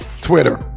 twitter